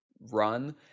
run